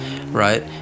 right